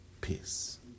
peace